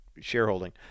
shareholding